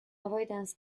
avoidance